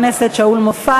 טיפול קהילתי וביתי,